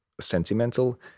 sentimental